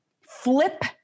flip